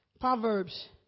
Proverbs